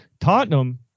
Tottenham